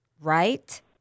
right